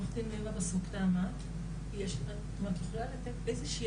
את יכולה לתת איזושהי